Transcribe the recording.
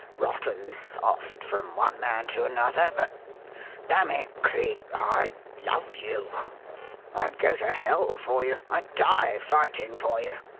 rotten soft from one man to another, but dammit, cleek, i love you! i'd go to hell for you! i'd die fighting for you!